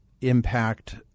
impact